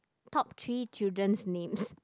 top three children names